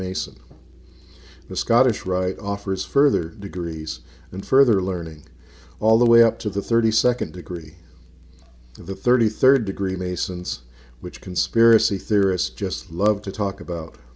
mason the scottish rite offers further degrees and further learning all the way up to the thirty second degree the thirty third degree masons which conspiracy theorists just love to talk about